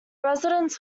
residence